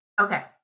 Okay